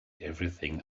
everything